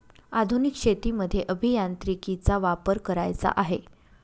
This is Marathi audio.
आधुनिक शेतीमध्ये अभियांत्रिकीचा वापर करायचा आहे